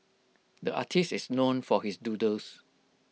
the artist is known for his doodles